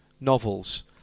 novels